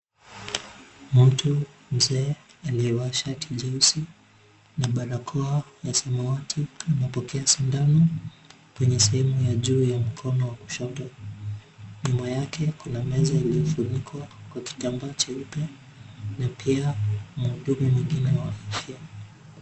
Mtu mzee aliyevaa shati jeusi na barakoa ya samawati anapokea sindano kwenye sehemu ya juu ya mkono wa kushoto, nyuma yake kuna meza iliyofunikwa kwa kitambaa cheupe na pia mhudumu mwingine wa afya.